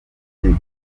imiti